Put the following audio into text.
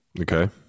Okay